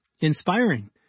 inspiring